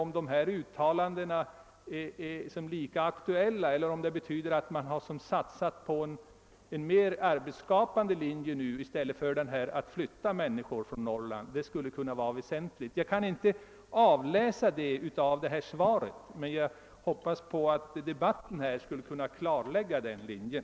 Är dessa uttalanden lika aktuella nu eller har man nu satsat på en mera arbetsskapande linje i stället för den tidigare att bara flytta människor från Norrland? Ett klarläggande skulle vara väsentligt. Jag kan inte utläsa någonting härom i interpellationssvaret. Jag hoppas dock att debatten här skall kunna klarlägga linjen.